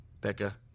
Becca